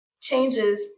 changes